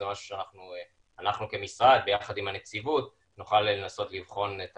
זה משהו שאנחנו כמשרד ביחד עם הנציבות נוכל לנסות לבחון את